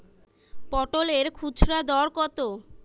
পটলের খুচরা দর কত?